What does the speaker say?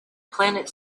planet